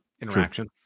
interaction